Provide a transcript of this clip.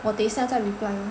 我等一下再 reply